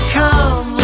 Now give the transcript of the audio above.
come